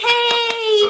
Hey